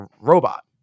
robot